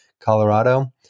Colorado